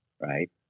right